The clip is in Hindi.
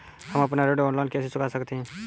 हम अपना ऋण ऑनलाइन कैसे चुका सकते हैं?